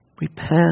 Repent